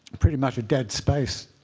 pretty much a dead space,